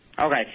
Okay